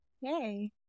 Yay